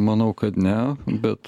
manau kad ne bet